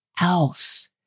else